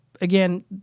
again